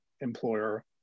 employer